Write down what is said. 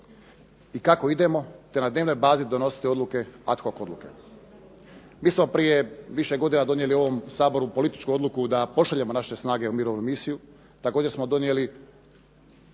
i kako idemo, te na dnevnoj bazi donositi odluke, ad hoc odluke. Mi smo prije više godina donijeli u ovom Saboru političku odluku da pošaljemo naše snage u mirovnu misiju. Također smo donijeli